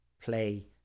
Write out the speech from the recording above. play